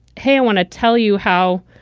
hey, i want to tell you how.